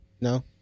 No